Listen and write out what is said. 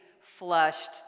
flushed